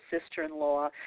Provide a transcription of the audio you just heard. sister-in-law